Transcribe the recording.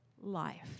life